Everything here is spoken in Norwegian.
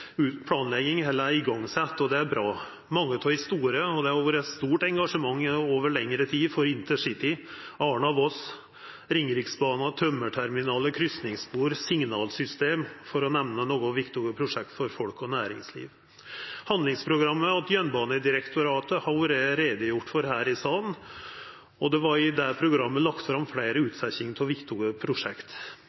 planlegging eller er sette i gang, og det er bra. Det har vore eit stort engasjement over lengre tid for mange av dei store prosjekta: InterCity, Arna–Voss, Ringeriksbana, tømmerterminalar, kryssingsspor, signalsystem – for å nemna nokre viktige prosjekt for folk og næringsliv. Handlingsprogrammet til Jernbanedirektoratet har vore utgreidd her i salen, og det var i det programmet lagt fram utsetjing av fleire viktige prosjekt.